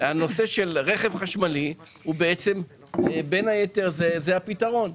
הנושא של רכב חשמלי, הוא בין היתר הפתרון.